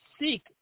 seek